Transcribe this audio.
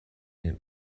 den